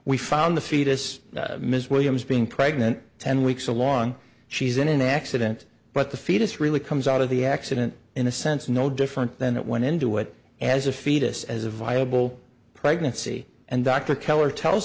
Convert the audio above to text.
we found the fetus ms williams being pregnant ten weeks along she's in an accident but the fetus really comes out of the accident in a sense no different than it went into it as a fetus as a viable pregnancy and dr keller tells